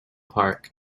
park